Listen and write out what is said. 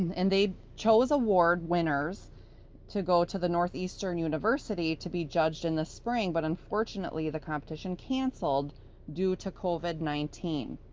and they chose award winners to go to the northeastern university to be judged in the spring. but unfortunately the competition cancelled due to covid nineteen.